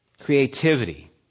creativity